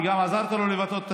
וגם עזרת לו לבטא את השם.